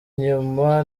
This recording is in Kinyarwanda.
inyuma